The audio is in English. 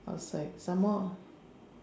outside some more